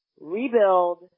rebuild